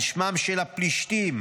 על שמם של הפלישתים,